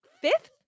fifth